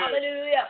Hallelujah